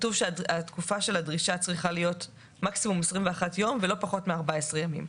כתוב שתקופת הדרישה צריכה להיות מקסימום 21 ימים ולא פחות מ-14 ימים.